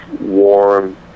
warm